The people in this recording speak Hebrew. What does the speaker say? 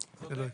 זה לא יקרה.